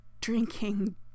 drinking